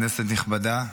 כנסת נכבדה,